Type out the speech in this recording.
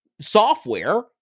software